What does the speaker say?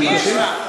שנמשיך?